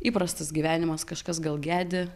įprastas gyvenimas kažkas gal gedi